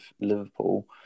Liverpool